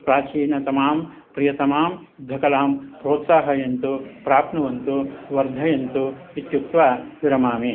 प्राचीनतमां प्रियतमां युद्धकलां प्रोत्साहयन्तु प्राप्नुवन्तु वर्धयन्तु इत्युक्त्वा विरमामि